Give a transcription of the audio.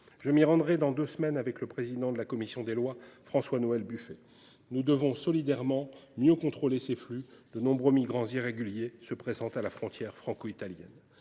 Je me rendrai en Italie dans deux semaines avec le président de la commission des lois, François-Noël Buffet. Nous devons solidairement mieux contrôler ces flux, de nombreux migrants irréguliers se pressant à la frontière franco-italienne.